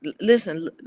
listen